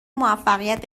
موفقیت